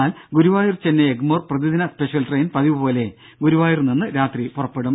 എന്നാൽ ഗുരുവായൂർ ചെന്നൈ എഗ്മോർ പ്രതിദിന special train പതിവ് പോലെ ഗുരുവായൂർ നിന്ന് രാത്രി പുറപ്പെടും